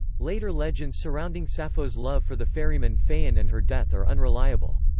later legends surrounding sappho's love for the ferryman phaon and her death are unreliable.